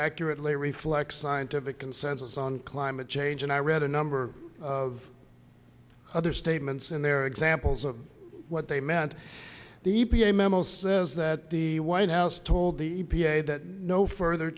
accurately reflect scientific consensus on climate change and i read a number of other statements in their examples of what they meant the e p a memo says that the white house told the that no further